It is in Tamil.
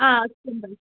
ஆ